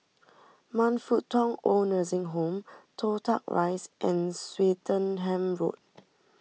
Man Fut Tong Oid Nursing Home Toh Tuck Rise and Swettenham Road